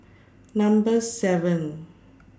Number seven